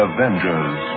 Avengers